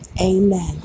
Amen